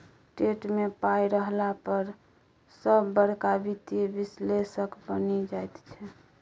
TET मे पाय रहला पर सभ बड़का वित्तीय विश्लेषक बनि जाइत छै